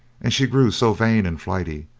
and she grew so vain and flighty,